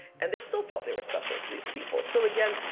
and they still felt they were special to these people. so again,